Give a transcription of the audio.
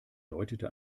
deutete